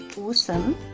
awesome